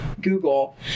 google